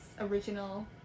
original